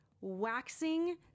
waxing